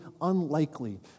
unlikely